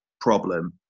problem